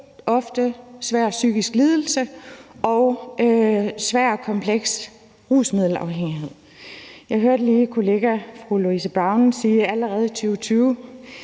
en svær psykisk lidelse og en svær og kompleks rusmiddelafhængighed. Jeg hørte lige min kollega fru Louise Brown sige »allerede i 2020«,